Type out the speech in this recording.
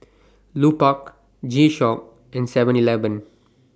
Lupark G Shock and Seven Eleven